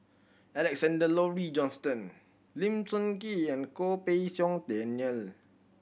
Alexander Laurie Johnston Lim Sun Gee and Goh Pei Siong Daniel